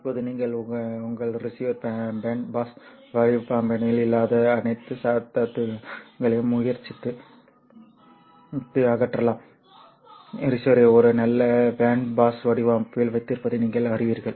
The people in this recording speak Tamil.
இப்போது நீங்கள் உங்கள் ரிசீவர் பேண்ட் பாஸ் வடிப்பானில் இல்லாத அனைத்து சத்தங்களையும் முயற்சித்து அகற்றலாம் ரிசீவரை ஒரு நல்ல பேண்ட் பாஸ் வடிப்பானில் வைத்திருப்பதை நீங்கள் அறிவீர்கள்